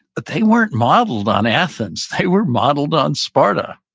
but they weren't modeled on athens, they were modeled on sparta.